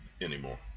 anymore